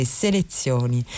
selezioni